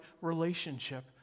relationship